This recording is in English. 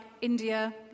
India